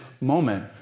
moment